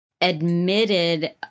admitted